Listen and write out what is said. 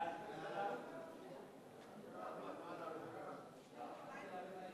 סעיפים 2